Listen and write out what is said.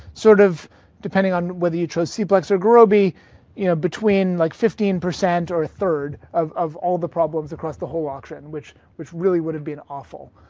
sort of depending on whether you chose cplex or gurobi you know between like fifteen percent or a third of of all the problems across the whole auction which which really would have been awful.